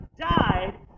died